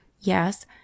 yes